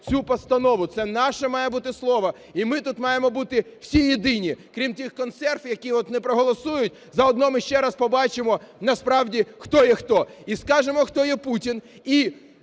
цю постанову це наше має бути слово. І ми тут маємо бути всі єдині, крім тих "консервів", які от не проголосують. Заодно ми ще раз побачимо насправді, хто є хто, і скажемо, хто є Путін.